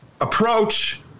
approach